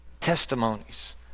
testimonies